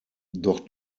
doch